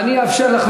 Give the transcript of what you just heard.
מילה, אני אאפשר לך.